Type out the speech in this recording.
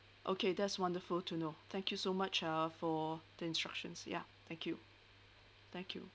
okay that's wonderful to know thank you so much ah for the instructions ya thank you thank you